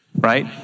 right